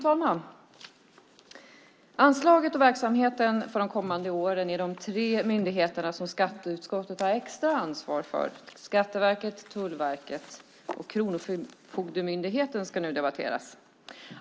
Fru talman! Anslaget och verksamheten för de kommande åren i de tre myndigheter som skatteutskottet har extra ansvar för, Skatteverket, Tullverket och Kronofogdemyndigheten, ska nu debatteras.